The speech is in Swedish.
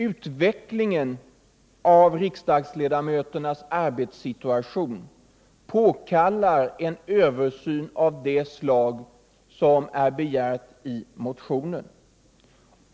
Utvecklingen av riksdagsledamöternas arbetssituation påkallar en översyn av det slag som är begärt i motionen.